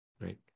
Right